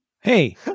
hey